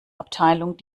abteilung